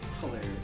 Hilarious